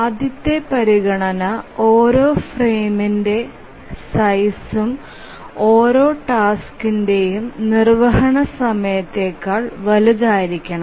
ആദ്യത്തെ പരിഗണന ഓരോ ഫ്രെയിമിന്റെ സൈസ്ഉം ഓരോ ടാസ്കിന്റെയും നിർവ്വഹണ സമയത്തേക്കാൾ വലുതായിരിക്കണം